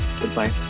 Goodbye